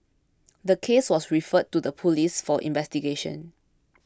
the case was referred to the police for investigation